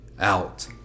out